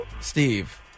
Steve